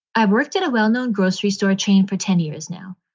i've worked at a well-known grocery store chain for ten years now.